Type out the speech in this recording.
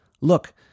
Look